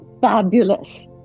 fabulous